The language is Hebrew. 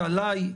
ועליי,